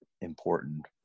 important